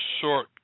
short